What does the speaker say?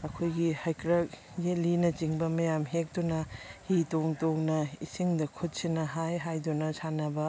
ꯑꯩꯈꯣꯏꯒꯤ ꯍꯩꯀ꯭ꯔꯛ ꯌꯦꯂꯤꯅ ꯆꯤꯡꯕ ꯃꯌꯥꯝ ꯍꯦꯛꯇꯨꯅ ꯍꯤ ꯇꯣꯡ ꯇꯣꯡꯅ ꯏꯁꯤꯡꯗ ꯈꯨꯠꯁꯤꯅ ꯍꯥꯏ ꯍꯥꯏꯗꯨꯅ ꯁꯥꯟꯅꯕ